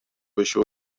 بشه